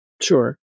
Sure